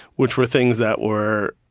which were things that were,